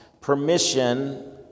permission